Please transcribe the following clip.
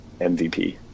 MVP